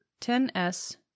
10S